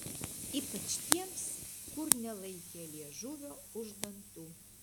ypač tiems kur nelaikė liežuvio už dantų